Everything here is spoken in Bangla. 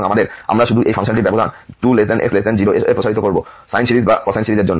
সুতরাং আমরা শুধু এই ফাংশনটি ব্যবধান 2 x 0 এ প্রসারিত করবো সাইন সিরিজ বা কোসাইন সিরিজের জন্য